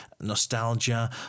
nostalgia